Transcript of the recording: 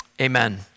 amen